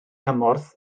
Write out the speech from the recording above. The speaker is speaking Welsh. cymorth